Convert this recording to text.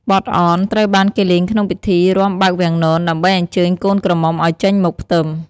បទអន ត្រូវបានគេលេងក្នុងពិធីរាំបើកវាំងនន ដើម្បីអញ្ជើញកូនក្រមុំឱ្យចេញមកផ្ទឹម។